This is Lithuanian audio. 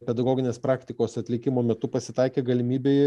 pedagoginės praktikos atlikimo metu pasitaikė galimybė